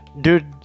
Dude